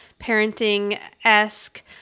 parenting-esque